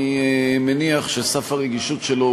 אני מניח שהרגישות שלו,